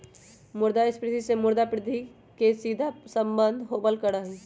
मुद्रास्फीती से मुद्रा वृद्धि के सीधा सम्बन्ध होबल करा हई